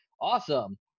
awesome